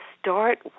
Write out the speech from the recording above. start